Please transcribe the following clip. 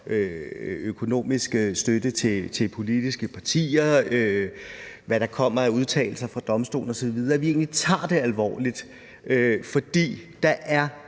økonomisk støtte til politiske partier, hvad der kommer af udtalelser fra domstolen osv. At vi egentlig tager det alvorligt, for der er